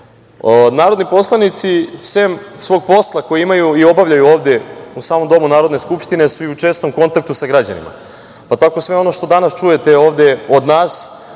rešenja. Narodni poslanici, sem svog posla koji imaju i obavljaju ovde u samom Domu Narodne skupštine, su i u čestom kontaktu sa građanima, pa tako sve ono što danas čujete ovde od nas